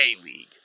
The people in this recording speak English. A-League